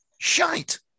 Shite